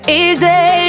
easy